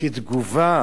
כתגובה